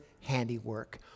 handiwork